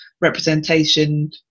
representation